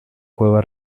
cueva